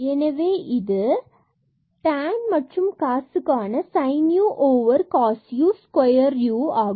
எனவே இங்கு இதுவே tan cosக்கான sin u cos u square u ஆகும்